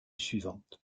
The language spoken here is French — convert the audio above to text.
suivante